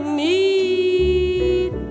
need